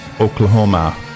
Oklahoma